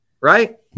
Right